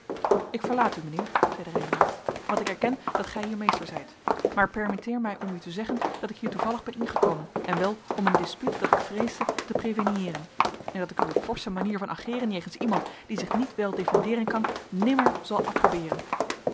ik verlaat u mijnheer zeide reynhove want ik erken dat gij hier meester zijt maar permitteer mij om u te zeggen dat ik hier toevallig ben ingekomen en wel om een dispuut dat ik vreesde te preveniëeren en dat ik uwe forsche manier van ageeren jegens iemand die zich niet wel defendeeren kan nimmer zal approbeeren